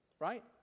right